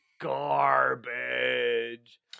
garbage